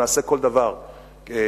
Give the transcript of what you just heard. נעשה כל דבר בשום-שכל,